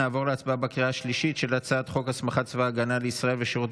נעבור להצבעה בקריאה השלישית על הצעת חוק הסמכת צבא הגנה לישראל ושירות